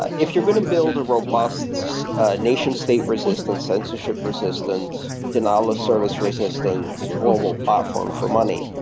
ah if you're going to build a robust nation state resistance, censorship resistant, denial of service resistance global platform for money,